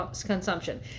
consumption